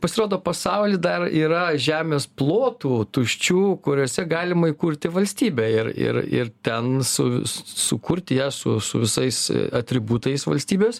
pasirodo pasauly dar yra žemės plotų tuščių kuriose galima įkurti valstybę ir ir ir ten su sukurti ją su su visais atributais valstybės